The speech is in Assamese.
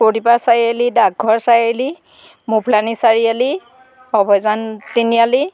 কৌদীপা চাৰিআলি ডাকঘৰ চাৰিআলি মুভলানি চাৰিআলি অভয়জান তিনিআলি